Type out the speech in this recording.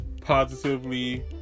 positively